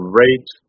rate